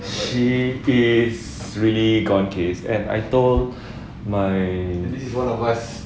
she is really gone case and I told my